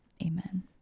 Amen